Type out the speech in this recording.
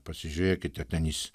pasižiūrėkite ten jis